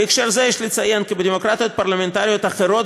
בהקשר זה יש לציין כי דמוקרטיות פרלמנטריות אחרות